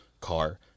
car